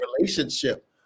relationship